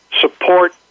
support